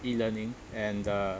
E learning and uh